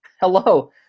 Hello